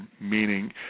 meaning